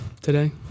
today